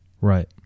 Right